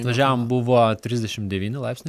važiavom buvo trisdešimt devyni laipsniai